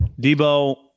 Debo